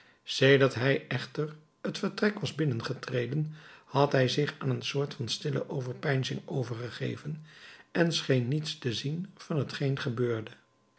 sedert hij echter t vertrek was binnengetreden had hij zich aan een soort van stille overpeinzing overgegeven en scheen niets te zien van t geen gebeurde